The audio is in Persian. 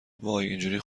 وای، اینجوری